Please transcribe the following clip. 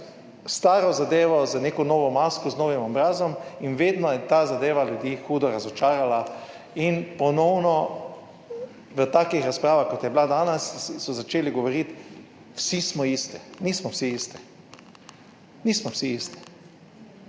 staro zadevo z neko novo masko, z novim obrazom in vedno je ta zadeva ljudi hudo razočarala. In ponovno v takih razpravah kot je bila danes so začeli govoriti: vsi smo isti. Nismo vsi isti. Nismo vsi isti.